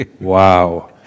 Wow